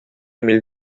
mille